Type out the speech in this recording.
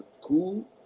cool